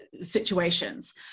situations